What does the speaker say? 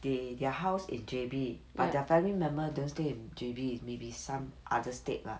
they their house in J_B but their family members don't stay in J_B maybe some other state lah